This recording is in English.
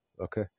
okay